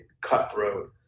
cutthroat